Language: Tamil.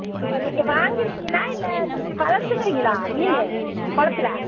அது நீங்கள் வாங்கிறீங்களா இல்லை நீங்கள் வளர்த்துக்குறீங்களா மீன் குளத்துல